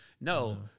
No